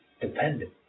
dependent